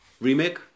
Remake